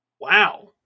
Wow